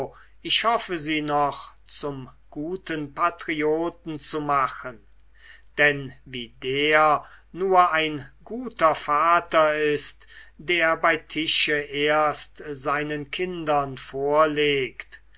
ich hoffe sie noch zum guten patrioten zu machen denn wie der nur ein guter vater ist der bei tische erst seinen kindern vorlegt